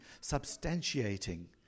substantiating